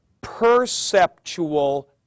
perceptual